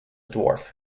dwarf